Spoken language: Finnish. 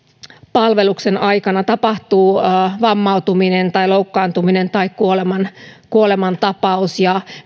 palveluksen aikana tapahtuu vammautuminen tai loukkaantuminen tai kuolemantapaus ja